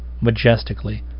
majestically